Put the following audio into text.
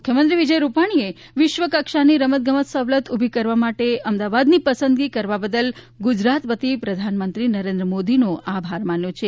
મુખ્યમંત્રી વિજય રૂપાણીએ વિશ્વ કક્ષાની રમતગમત સવલત ઉભી કરવા માટે અમદાવાદની પસંદગી કરવા બદલ ગુજરાત વતી પ્રધાનમંત્રી નરેન્દ્ર મોદીનો આભાર માન્યો છે